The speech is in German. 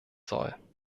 soll